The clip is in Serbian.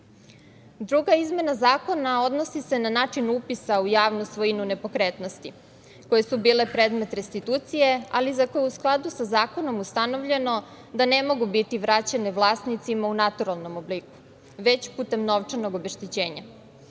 Druga izmena zakona odnosi se na način upisa u javnu svojinu nepokretnosti koje su bile predmet restitucije, ali za koje u skladu sa zakonom je ustanovljeno da ne mogu biti vraćene vlasnicima u naturalnom obliku, već putem novčanog obeštećenja.